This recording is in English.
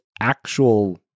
actual